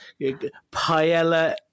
paella